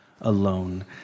alone